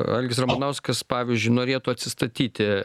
algis ramanauskas pavyzdžiui norėtų atsistatyti